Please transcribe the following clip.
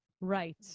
Right